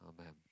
amen